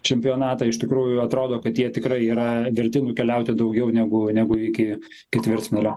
čempionatą iš tikrųjų atrodo kad jie tikrai yra verti nukeliauti daugiau negu negu iki ketvirtfinalio